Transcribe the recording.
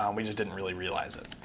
um we just didn't really realize it.